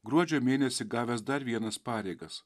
gruodžio mėnesį gavęs dar vienas pareigas